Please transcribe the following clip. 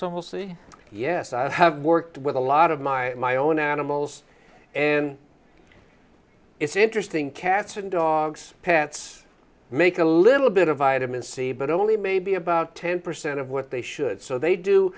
so we'll see yes i have worked with a lot of my my own animals and it's interesting cats and dogs pets make a little bit of vitamin c but only maybe about ten percent of what they should so they do